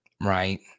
Right